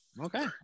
Okay